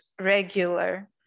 regular